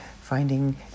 finding